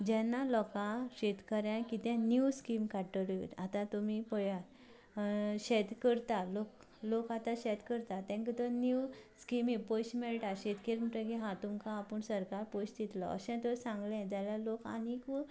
जेन्ना लोकांक शेतकारांक जेन्ना न्यू स्कीम काडटल्यो आतां तुमी पळयात शेत करता लोक आतां शेत करता तांकां तर न्यू स्कीमी पयशे मेळटात शेत केलें म्हणटकच हांगा तुमकां आपूण सरकार पयशे दितलो अशें तर सांगलें जाल्यार लोक आनीकूय